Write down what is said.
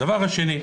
הדבר השני,